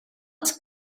els